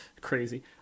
crazy